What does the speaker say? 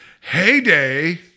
heyday